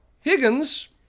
Higgins